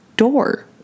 door